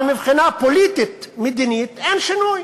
אבל מבחינה פוליטית-מדינית אין שינוי: